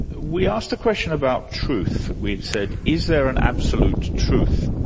we asked a question about truth. we've said, is there an absolute truth?